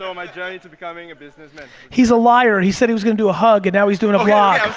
so my journey to becoming a businessman. he's liar, he said he was gonna do a hug, and now he's doing a yeah